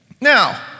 Now